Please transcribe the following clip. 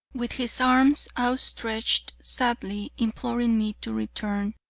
with his arms outstretched, sadly imploring me to return,